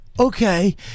okay